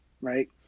Right